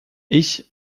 ich